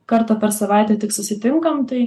kartą per savaitę tik susitinkam tai